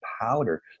powder